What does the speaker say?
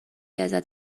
ازت